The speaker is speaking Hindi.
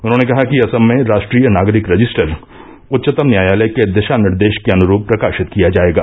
उन्होंने कहा कि असम में राष्ट्रीय नागरिक रजिस्टर उच्चतम न्यायालय के दिशा निर्देश के अनुरूप प्रकाशित किया जायेगा